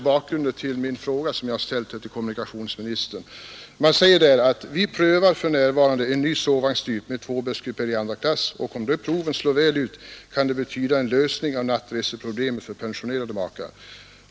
bakgrunden till den fråga jag ställde till kommunikationsministern: ”Vi prövar för närvarande en ny sovvagnstyp med tvåbäddskupéer i 2 klass och om de proven slår väl ut kan det betyda en lösning av nattreseproblemet för pensionerade makar.